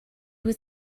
was